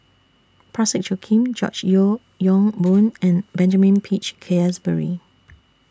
Parsick Joaquim George Yeo Yong Boon and Benjamin Peach Keasberry